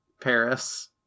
Paris